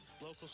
local